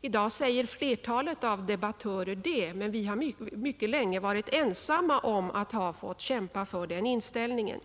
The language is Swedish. I dag säger flertalet debattörer detta, men vi har mycket länge varit ensamma om att kämpa för den inställningen.